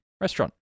restaurant